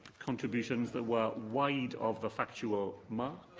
contributions that were wide of the factual mark.